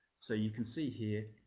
so you can see here,